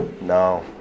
no